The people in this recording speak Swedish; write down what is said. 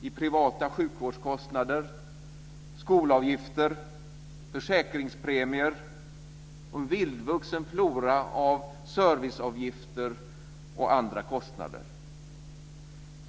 i privata sjukvårdskostnader, skolavgifter, försäkringspremier och en vildvuxen flora av serviceavgifter och andra kostnader.